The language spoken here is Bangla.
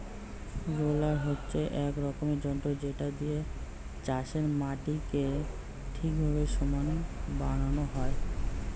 রোলার হচ্ছে এক রকমের যন্ত্র যেটা দিয়ে চাষের মাটিকে ঠিকভাবে সমান বানানো হয়